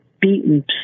beaten